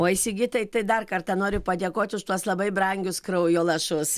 oi sigitai tai dar kartą noriu padėkoti už tuos labai brangius kraujo lašus